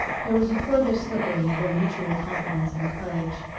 there was a further slipping of their mutual confidence and courage.